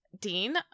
Dean